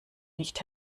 nicht